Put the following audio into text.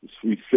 Sweet